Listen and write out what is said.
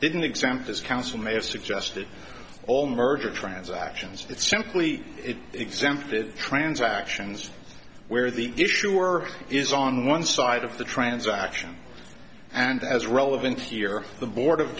didn't exempt is counsel may have suggested all merger transactions it's simply exempted transactions where the issuer is on one side of the transaction and as relevant here the board of